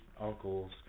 uncles